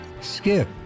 Skip